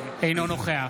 אינו נוכח